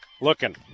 looking